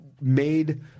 made